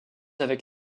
avec